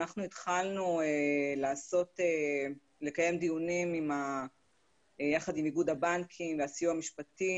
אנחנו התחלנו לקיים דיונים יחד עם איגוד הבנקים והסיוע המשפטי